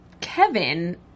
Kevin